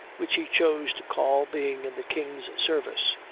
which he chose to call being in the king's service,